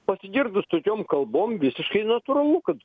pasigirdus tokiom kalbom visiškai natūralu kad